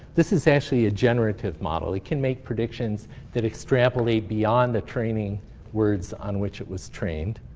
this is actually a generative model. it can make predictions that extrapolate beyond the training words on which it was trained.